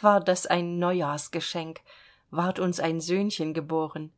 war das ein neujahrsgeschenk ward uns ein söhnchen geboren